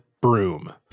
broom